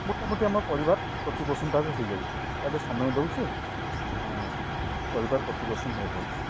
ମୋଟାମୋଟି ଆମ ପରିବାର ପ୍ରତିପୋଷଣ ତା ହେଇଯାଉଛି ତା ଦେହେ ସମୟ ଦଉଛି ପରିବାର ପ୍ରତିପୋଷଣ ହେବଛି